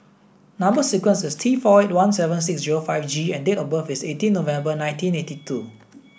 number sequence is T four one seven six zero five G and date of birth is eighteen November nineteen eighty two